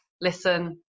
listen